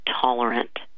tolerant